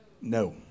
No